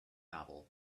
novel